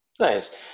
Nice